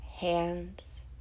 hands